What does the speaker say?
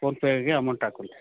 ಫೋನ್ಪೇಗೆ amount ಹಾಕ್ವಂತೆ